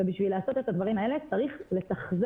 וכדי לעשות את הדברים האלה צריך לתחזק